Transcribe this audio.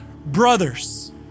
Brothers